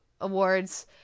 awards